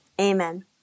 Amen